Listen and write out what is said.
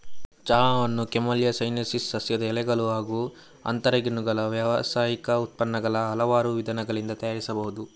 ಚಹಾವನ್ನು camellia sinensis ಸಸ್ಯದ ಎಲೆಗಳು ಹಾಗೂ ಅಂತರಗೆಣ್ಣುಗಳ ವ್ಯಾವಸಾಯಿಕ ಉತ್ಪನ್ನಗಳ ಹಲವಾರು ವಿಧಾನಗಳಿಂದ ತಯಾರಿಸಬಹುದು